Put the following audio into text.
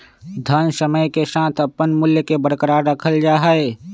धन समय के साथ अपन मूल्य के बरकरार रखल जा हई